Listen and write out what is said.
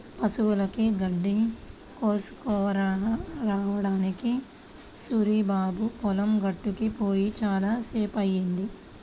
పశువులకి గడ్డి కోసుకురావడానికి సూరిబాబు పొలం గట్టుకి పొయ్యి చాలా సేపయ్యింది